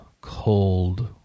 cold